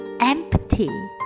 empty